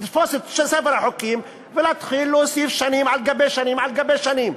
לתפוס את ספר החוקים ולהתחיל להוסיף שנים על גבי שנים על גבי שנים.